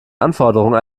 anforderungen